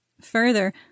Further